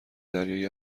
دریایی